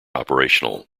operational